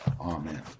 Amen